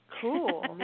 Cool